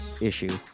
issue